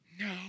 No